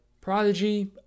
prodigy